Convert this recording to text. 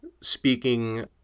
speaking